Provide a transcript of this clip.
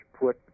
put